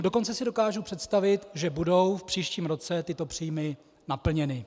Dokonce si dokážu představit, že budou v příštím roce tyto příjmy naplněny.